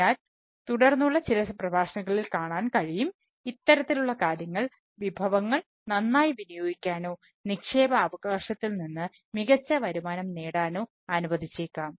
അതിനാൽ തുടർന്നുള്ള ചില പ്രഭാഷണങ്ങളിൽ കാണാൻ കഴിയും ഇത്തരത്തിലുള്ള കാര്യങ്ങൾ വിഭവങ്ങൾ നന്നായി വിനിയോഗിക്കാനോ നിക്ഷേപ അവകാശത്തിൽ നിന്ന് മികച്ച വരുമാനം നേടാനോ അനുവദിച്ചേക്കാം